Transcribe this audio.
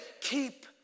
keep